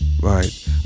Right